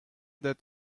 that